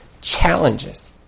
challenges